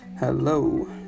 Hello